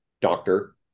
doctor